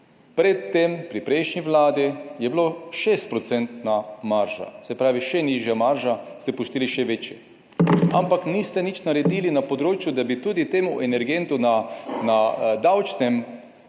Pred tem, pri prejšnji Vladi je bilo &% marža, se pravi, še nižja marža, ste pustili še večje, ampak niste nič naredili na področju, da bi tudi temu energentu na davčnem